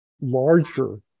larger